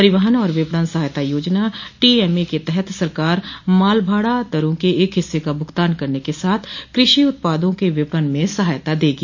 परिवहन और विपणन सहायता याजना टीएमए के तहत सरकार माल भाड़ा दरों के एक हिस्से का भुगतान करने के साथ कृषि उत्पादों के विपणन में सहायता देगी